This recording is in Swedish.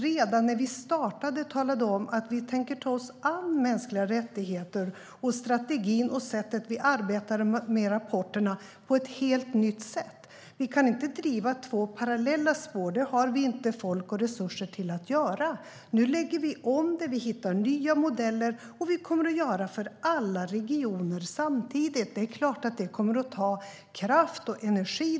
Redan när vi startade talade vi om att vi tänker ta oss an mänskliga rättigheter, strategin och sättet att arbeta med rapporterna på ett helt nytt sätt. Vi kan inte driva två parallella spår. Det har vi inte folk och resurser till att göra. Nu lägger vi om detta och hittar nya modeller, och vi kommer att göra det för alla regioner samtidigt. Det är klart att det kommer att ta kraft och energi.